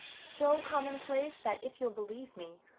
so commonplace that, if you'll believe me,